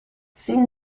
sin